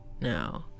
No